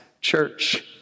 church